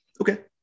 Okay